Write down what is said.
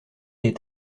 est